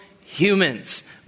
humans